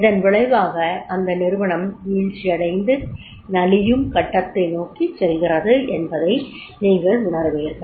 இதன் விளைவாக அந்த நிறுவனம் வீழ்ச்சியடைந்து நலியும் கட்டத்தை நோக்கி செல்கிறது என்பதை நீங்கள் உணருவீர்கள்